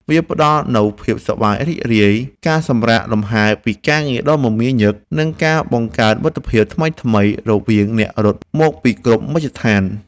វាផ្ដល់នូវភាពសប្បាយរីករាយ ការសម្រាកលម្ហែពីការងារដ៏មមាញឹក និងការបង្កើតមិត្តភាពថ្មីៗរវាងអ្នករត់មកពីគ្រប់មជ្ឈដ្ឋាន។